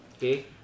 okay